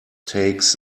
takes